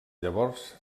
llavors